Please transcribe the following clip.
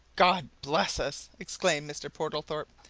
god bless us! exclaimed mr. portlethorpe.